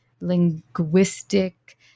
linguistic